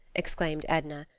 exclaimed edna,